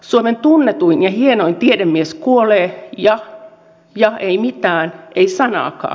suomen tunnetuin ja hienoin tiedemies kuolee ja ei mitään ei sanaakaan